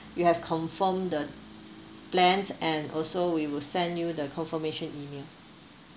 you have confirmed the plans and also we will send you the confirmation email